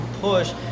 push